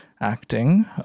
acting